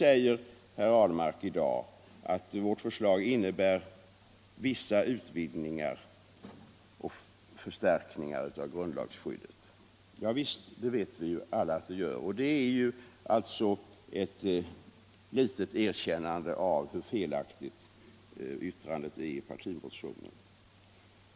Herr Ahlmark säger i dag att vårt förslag innebär vissa utvidgningar och förstärkningar av grundlagsskyddet. Ja visst, det vet vi alla att det gör. Det är alltså ett litet erkännande av hur felaktigt yttrandet i partimotionen är.